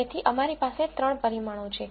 તેથી અમારી પાસે 3 પરિમાણો છે